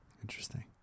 Interesting